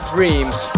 Dreams